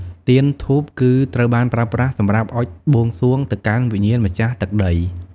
ទៀន ធូបគឺ ត្រូវបានប្រើប្រាស់សម្រាប់អុជបួងសួងទៅកាន់វិញ្ញាណម្ចាស់ទឹកដី។